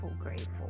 grateful